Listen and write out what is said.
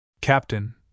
Captain